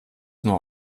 nur